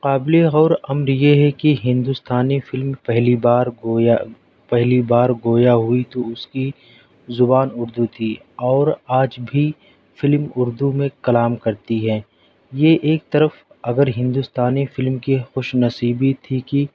قابل غور امر یہ ہے کہ ہندوستانی فلم پہلی بار گویا پہلی بار گویا ہوئی تو اس کی زبان اردو تھی اور آج بھی فلم اردو میں کلام کرتی ہیں یہ ایک طرف اگر ہندوستانی فلم کی خوش نصیبی تھی کی